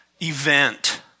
event